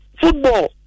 football